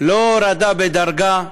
לא הורדה בדרגה.